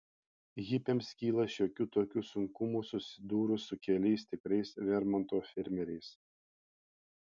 hipiams kyla šiokių tokių sunkumų susidūrus su keliais tikrais vermonto fermeriais